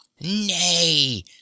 Nay